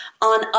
on